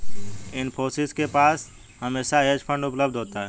इन्फोसिस के पास हमेशा हेज फंड उपलब्ध होता है